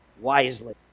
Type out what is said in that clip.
wisely